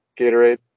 Gatorade